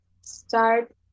start